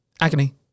Agony